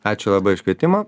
ačiū labai už kvietimą